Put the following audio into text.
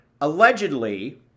allegedly